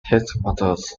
headquarters